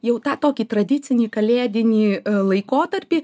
jau tą tokį tradicinį kalėdinį laikotarpį